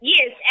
Yes